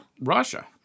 Russia